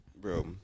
bro